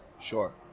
Sure